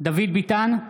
דוד ביטן,